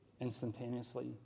instantaneously